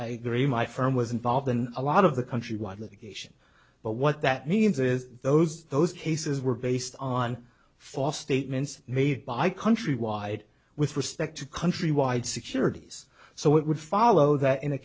i agree my firm was involved in a lot of the countrywide litigation but what that means is those those cases were based on false statements made by countrywide with respect to countrywide securities so it would follow that in a